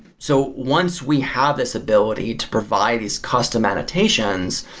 so, once we have this ability to provide these custom annotations,